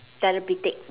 therapeutic